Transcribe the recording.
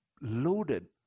loaded